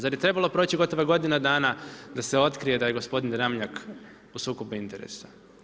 Zar je trebala proći gotovo godina dana da se otkrije da je gospodin Ramljak u sukobu interesa?